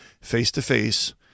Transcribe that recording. face-to-face